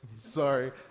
Sorry